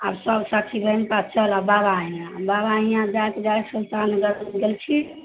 आ सभ साथी बहिनपा चलब बाबा इहाँ बाबा इहाँ जाइत जाइत सुल्तानगञ्ज जाइ छी